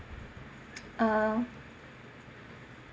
uh